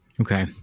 Okay